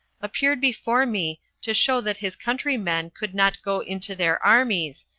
appeared before me, to show that his countrymen could not go into their armies,